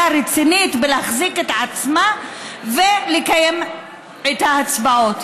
רצינית להחזיק את עצמה ולקיים את ההצבעות.